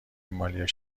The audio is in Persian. مالی